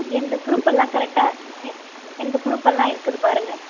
எனது ப்ரூஃப்பெல்லாம் கரெக்டாக எ எனது ப்ரூஃப்பெல்லாம் இருக்குது பாருங்க